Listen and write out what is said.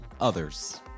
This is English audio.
others